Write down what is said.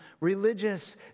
religious